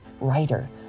writer